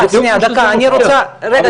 אבי,